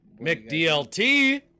McDLT